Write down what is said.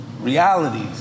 realities